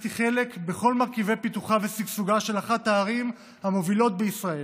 ולקחתי חלק בכל מרכיבי פיתוחה ושגשוגה של אחת הערים המובילות בישראל.